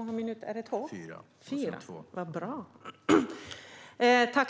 Herr